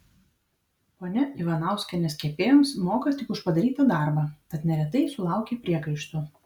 ponia ivanauskienės kepėjoms moka tik už padarytą darbą tad neretai sulaukia priekaištų